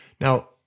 Now